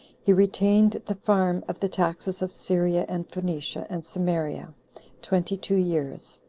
he retained the farm of the taxes of syria, and phoenicia, and samaria twenty-two years.